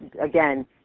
again